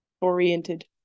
oriented